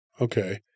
Okay